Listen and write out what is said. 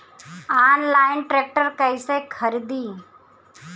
Online tractor कैसे खरदी?